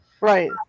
right